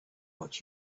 what